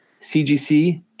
CGC